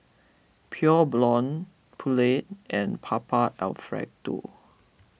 Pure Blonde Poulet and Papa Alfredo